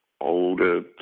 older